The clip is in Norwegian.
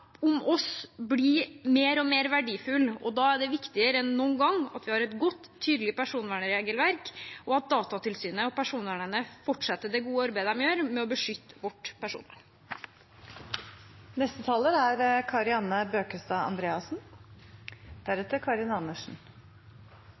om oss blir mer og mer verdifulle, og da er det viktigere enn noen gang at vi har et godt, tydelig personvernregelverk, og at Datatilsynet og Personvernnemnda fortsetter det gode arbeidet de gjør med å beskytte vårt personvern. Komiteens innstilling er